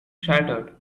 shattered